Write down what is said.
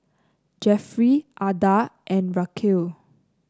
Jeffrey Adah and Raquel